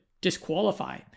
disqualify